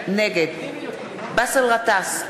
נגד באסל גטאס,